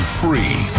free